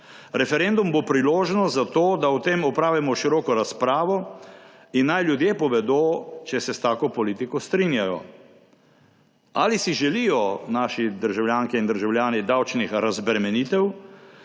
Referendum bo priložnost za to, da o tem opravimo široko razpravo in naj ljudje povedo, če se s tako politiko strinjajo. Ali si želijo naši državljanke in državljani davčnih razbremenitev,